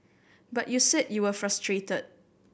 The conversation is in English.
but you said you were frustrated